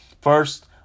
first